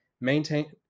maintain